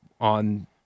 on